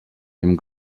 dem